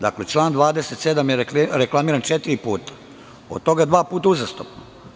Dakle, član 27. je reklamiran četiri puta, od toga dva puta uzastopno.